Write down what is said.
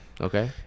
Okay